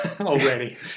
already